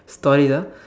story ah